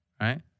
right